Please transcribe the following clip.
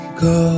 go